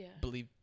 believe